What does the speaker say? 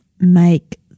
make